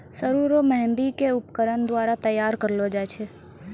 सरु रो मेंहदी के उपकरण द्वारा तैयार करलो जाय छै